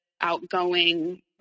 outgoing